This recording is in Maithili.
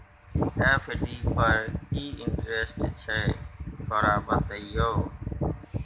एफ.डी पर की इंटेरेस्ट छय थोरा बतईयो?